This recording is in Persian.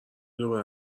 دوباره